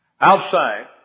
Outside